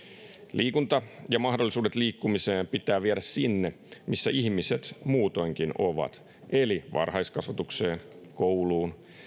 liikunta ja mahdollisuudet liikkumiseen pitää viedä sinne missä ihmiset muutoinkin ovat eli varhaiskasvatukseen kouluun